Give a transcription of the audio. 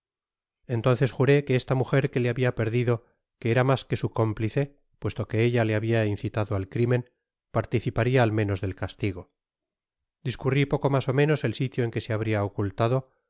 entonces juró que esta mujer que le habia perdido que era mas que su cómplice puesto que ella le habia incitado al crimen participaria al menos del castigo discurri poco mas ó menos el sitio en que se habria ocultado